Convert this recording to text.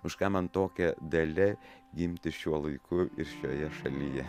už ką man tokia dalia gimti šiuo laiku ir šioje šalyje